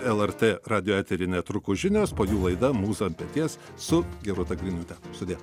el er t radijo etery netrukus žinios po jų laida mūza ant peties su gerūta griniute sudie